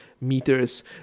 meters